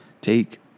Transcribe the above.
take